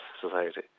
Society